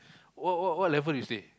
what what what level is he